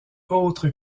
autre